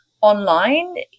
online